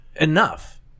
enough